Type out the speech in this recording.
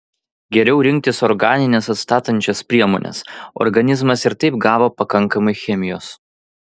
geriau rinktis organines atstatančias priemones organizmas ir taip gavo pakankamai chemijos